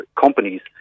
companies